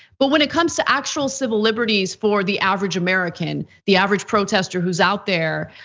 but when it comes to actual civil liberties for the average american, the average protester who's out there,